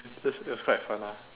it it was quite fun lah